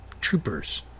Troopers